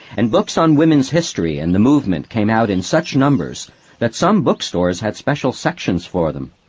and books on women's history and the movement came out in such numbers that some bookstores had special sections for them.